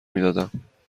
میدادم